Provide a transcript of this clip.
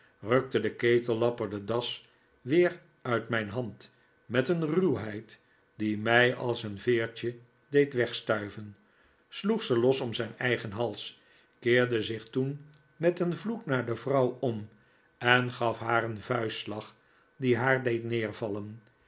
rukte de ketellapper de das weer uit mijn hand met een ruwheid die mij als een veertje deed wegstuiven sloeg ze los om zijn eigen hals keerde zich toen met een vjoek naar de vrouw om en gaf haar een vuistslag die haar deed neervallen